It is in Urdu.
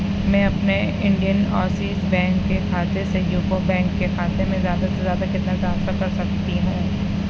میں اپنے انڈین اورسیز بینک کے کھاتے سے یوکو بینک کے کھاتے میں زیادہ سے زیادہ کتنا ٹرانسفر کر سکتی ہوں